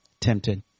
tempted